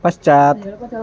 पश्चात्